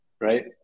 right